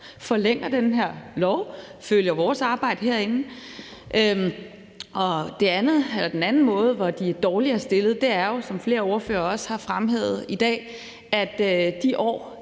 forlænger den her lov og gør vores arbejde herinde. Den anden måde, som de er dårligere stillet på, er jo, som flere ordførere også har fremhævet i dag, at de år,